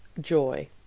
joy